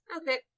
Okay